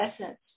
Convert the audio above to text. essence